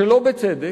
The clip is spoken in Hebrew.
שלא בצדק,